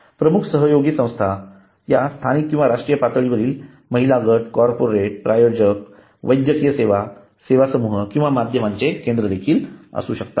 प्रमुख सहयोगी संस्था या स्थानिक किंवा राष्ट्रीय पातळीवरील महिला गट कॉर्पोरेट प्रायोजक वैद्यकीय संस्था सेवा समूह किंवा माध्यमांचे केंद्र देखील असू शकतात